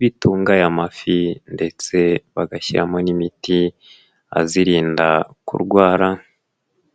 bitunga aya amafi ndetse bagashyiramo n'imiti azirinda kurwara.